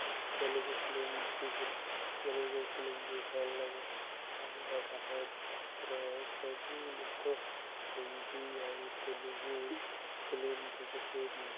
Telugu film ଟିକେ Telugu film ବି ଭଲ ଲାଗେ ଆମର ଭାରତର ସବୁ ଲୋକ ହିନ୍ଦୀ ଆଉ ତେଲୁଗୁ ଫିଲ୍ମ ଦେଖୁଛେ